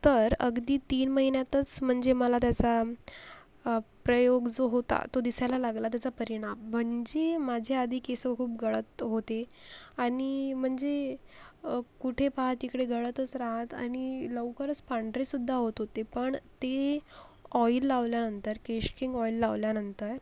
तर अगदी तीन महिन्यातच म्हणजे मला त्याचा प्रयोग जो होता तो दिसायला लागला त्याचा परिणाम म्हणजे माझे आधी केस खूप गळत होते आणि म्हणजे कुठे पहा तिकडे गळतच राहत आणि लवकरच पांढरेसुध्दा होत होते पण ते ऑईल लावल्यानंतर केश किंग ऑईल लावल्यानंतर